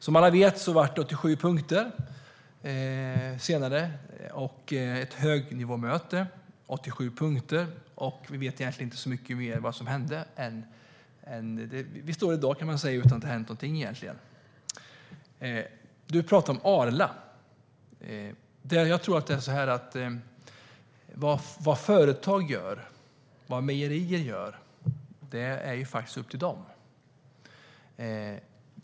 Som alla vet blev det senare 87 punkter och ett högnivåmöte. Vi vet inte så mycket mer om vad som hände. Vi står egentligen i dag utan att det har hänt någonting. Du talar om Arla. Vad företag och mejerier gör är upp till dem.